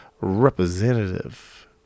representative